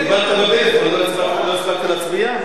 דיברת בפלאפון, לא הספקת להצביע?